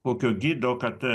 kokio gido kad